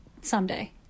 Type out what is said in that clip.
someday